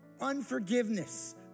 Unforgiveness